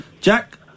Jack